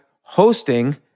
hosting